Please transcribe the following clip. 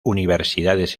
universidades